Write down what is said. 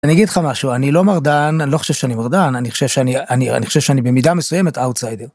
אני אגיד לך משהו: אני לא מרדן, אני לא חושב שאני מרדן. אני חושב שאני אני חושב שאני במידה מסוימת אאוטסיידר.